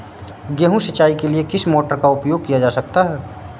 गेहूँ सिंचाई के लिए किस मोटर का उपयोग किया जा सकता है?